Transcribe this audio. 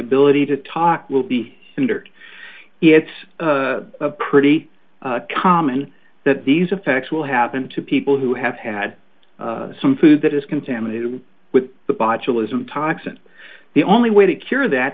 ability to talk will be centered it's pretty common that these effects will happen to people who have had some food that is contaminated with the botulism toxin the only way to cure that